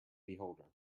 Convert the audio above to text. beholder